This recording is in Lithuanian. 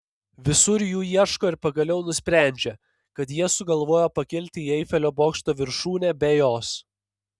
visur jų ieško ir pagaliau nusprendžia kad jie sugalvojo pakilti į eifelio bokšto viršūnę be jos